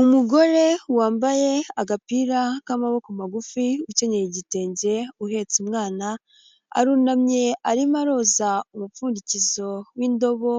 Umugore wambaye agapira k'amaboko magufi ukenye igitenge uhetse umwana arunamye arimo aroza umupfundikizo w'indobo,